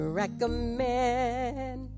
recommend